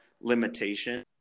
limitation